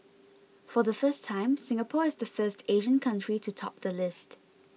for the first time Singapore is the first Asian country to top the list